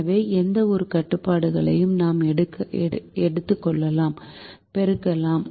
எனவே எந்தவொரு கட்டுப்பாடுகளையும் நாம் எடுத்துக் கொள்ளலாம் பெருக்கலாம்